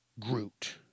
Groot